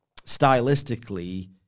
stylistically